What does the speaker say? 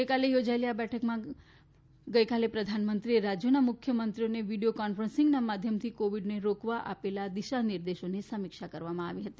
ગઈકાલે યોજાયેલી આ બેઠકમાં ગઈકાલે પ્રધાનમંત્રીએ રાજ્યોના મુખ્યમંત્રીઓને વીડિયો કોન્ફરન્સિંગ માધ્યમથી કોવિડને રોકવા આપેલા દિશાનિર્દેશોની સમીક્ષા કરવામાં આવી હતી